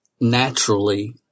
naturally